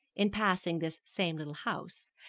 in passing this same little house,